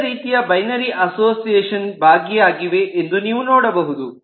ವಿವಿಧ ರೀತಿಯ binary association ಭಾಗಿಯಾಗಿವೆ ಎಂದು ನೀವು ನೋಡಬಹುದು